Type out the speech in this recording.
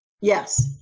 Yes